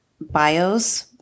bios